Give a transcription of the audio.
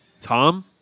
Tom